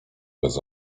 bez